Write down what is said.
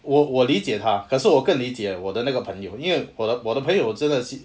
我我理解她可是我更理解我的那个朋友因为我的我的朋友真的是